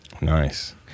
Nice